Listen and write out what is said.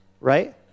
Right